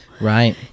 right